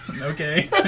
Okay